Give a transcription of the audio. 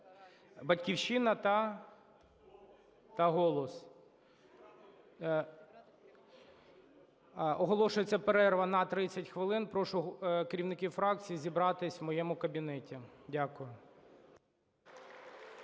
"Батьківщина" та "Голос". Оголошується перерва на 30 хвилин. Прошу керівників фракцій зібратись в моєму кабінеті. Дякую.